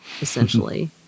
essentially